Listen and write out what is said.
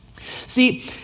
See